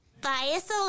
Bias